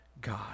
God